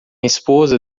esposa